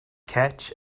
catch